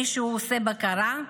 מישהו עושה בקרה?